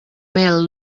mel